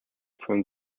from